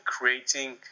creating